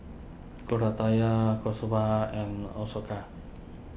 Koratala Kasturba and Ashoka